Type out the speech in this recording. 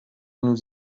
nous